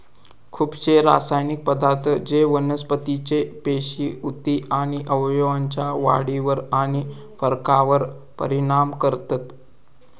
खुपशे रासायनिक पदार्थ जे वनस्पतीचे पेशी, उती आणि अवयवांच्या वाढीवर आणि फरकावर परिणाम करतत